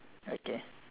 okay